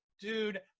Dude